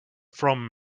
from